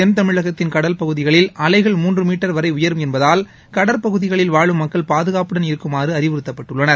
தெள் தமிழகத்தின் கடல் பகுதிகளில் அலைகள் மூன்று மீட்டர் வளர உயரும் என்பதால் கடற்பகுதிகளில் வாழும் மக்கள் பாதுகாப்புடன் இருக்குமாறு அறிவுறுத்தப்பட்டுள்ளனர்